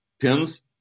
pins